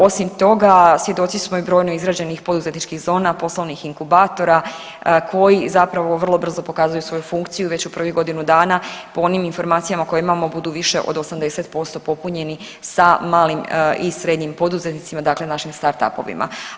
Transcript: Osim toga, svjedoci smo i brojno izgrađenih poduzetničkih zona i poslovnih inkubatora koji zapravo vrlo brzo pokazuju svoju funkciju već u prvih godinu dana, po onim informacijama koje imamo budu više od 80% popunjeni sa malim i srednjim poduzetnicima, dakle našim startupovima.